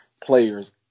players